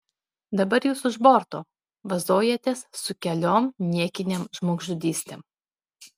dabar jūs už borto vazojatės su keliom niekinėm žmogžudystėm